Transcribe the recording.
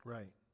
Right